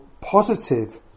positive